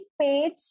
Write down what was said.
page